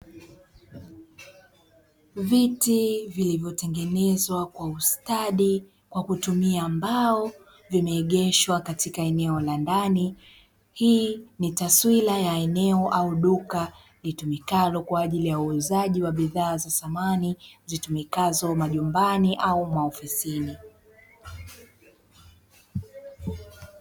Viti vilivotengenezwa kwa ustadi kwa kutumia mbao vimeegeshwa katika eneo la ndani, hii ni taswira ya eneo au duka litumikalo kwa ajili ya uuzaji wa bidhaa za samani, zitumikazo majumbani au maofisini.